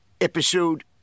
episode